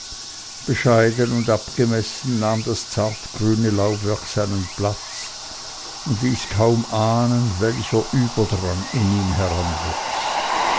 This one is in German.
bescheiden und abgemessen nahm das zartgrüne laubwerk seinen platz und ließ kaum ahnen welcher überdrang in ihm heranwuchs